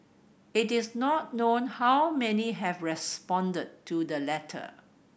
it is not known how many have responded to the letter